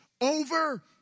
over